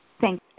Thank